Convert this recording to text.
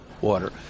water